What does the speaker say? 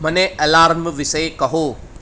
મને એલાર્મ વિશે કહો